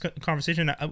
conversation